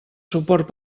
suport